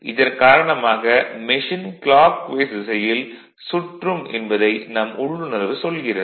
இதன் காரணமாக machine clockwise திசையில் சுற்றும் என்பதை நம் உள்ளுணர்வு சொல்கிறது